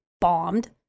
bombed